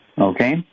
Okay